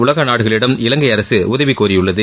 உலக நாடுகளிடம் இலங்கை அரசு உதவி கோரியுள்ளது